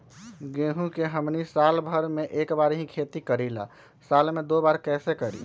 गेंहू के हमनी साल भर मे एक बार ही खेती करीला साल में दो बार कैसे करी?